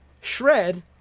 Shred